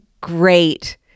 great